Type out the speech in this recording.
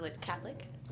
Catholic